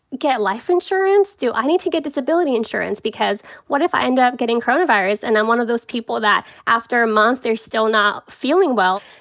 get life insurance? do i need to get disability insurance? because what if i end up getting coronavirus and i'm one of those people that after a month are still not feeling well?